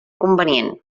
convenient